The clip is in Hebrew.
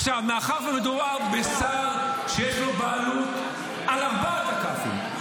מאחר שמדובר בשר שיש לו בעלות על ארבעת הכ"פים,